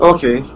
Okay